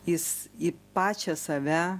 jis į pačią save